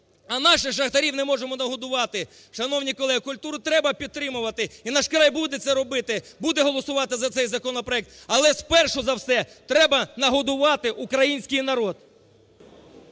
а наших шахтарів не можемо нагодувати. Шановні колеги, культуру треба підтримувати і "Наш край" буде це робити, буде голосувати за цей законопроект, але спершу за все треба нагодувати український народ.